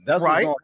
Right